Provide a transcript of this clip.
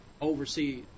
oversee